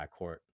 backcourt